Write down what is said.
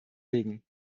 legen